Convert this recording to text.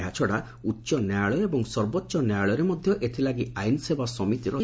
ଏହାଛଡ଼ା ଉଚ୍ଚନ୍ୟାୟାଳୟ ଏବଂ ସର୍ବୋଚ ନ୍ୟାୟାଳୟରେ ମଧ୍ଧ ଏଥିଲାଗି ଆଇନ୍ ସେବା ସମିତି ରହିଛି